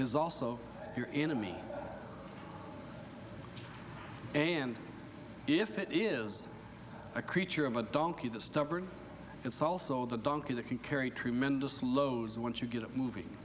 is also your enemy and if it is a creature of a donkey that stubborn it's also the donkey that can carry tremendous loads once you get it movi